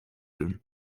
doen